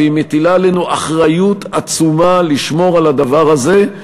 והיא מטילה עלינו אחריות עצומה לשמור על הדבר הזה.